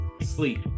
Sleep